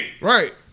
Right